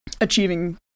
achieving